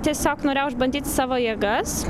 tiesiog norėjau išbandyt savo jėgas